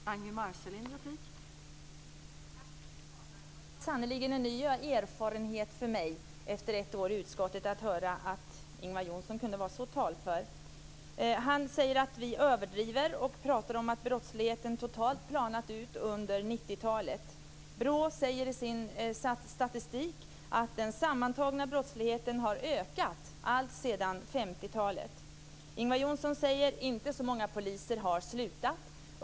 Fru talman! Det var sannerligen en ny erfarenhet för mig, efter ett år i utskottet, att höra att Ingvar Johnsson kunde vara så talför. Han säger att vi överdriver, och han pratar om att brottsligheten totalt planat ut under 90-talet. BRÅ säger i sin statistik att den sammantagna brottsligheten har ökat alltsedan 50-talet. Ingvar Johnsson säger: Inte så många poliser har slutat.